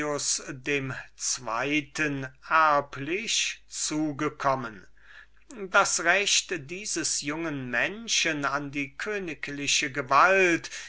dem jüngern dionysius erblich angefallen das recht dieses jungen menschen an die königliche gewalt